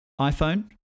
iPhone